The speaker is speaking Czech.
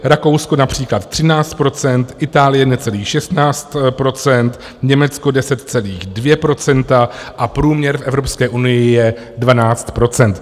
Rakousko například 13 %, Itálie necelých 16 %, Německo 10,2 % a průměr v Evropské unii je 12 %.